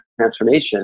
transformation